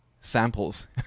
samples